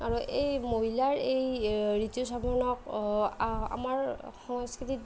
আৰু এই মহিলাৰ এই ঋতুস্ৰাৱণক আমাৰ সংস্কৃতিত